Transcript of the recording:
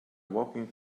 walking